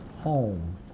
home